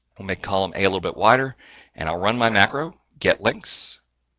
will make column a little bit wider and i'll run my macro, getlinks.